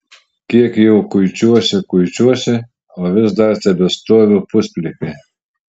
kiek jau kuičiuosi kuičiuosi o vis dar tebestoviu pusplikė